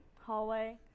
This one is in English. hallway